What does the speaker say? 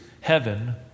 Heaven